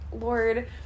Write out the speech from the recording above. Lord